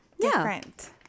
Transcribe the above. different